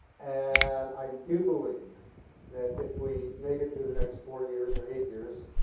and i do believe that if we make it through the next four years or eight years,